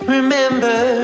Remember